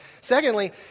Secondly